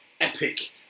epic